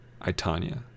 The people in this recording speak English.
Itania